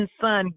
son